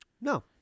No